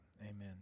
Amen